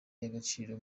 y’agaciro